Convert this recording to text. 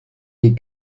les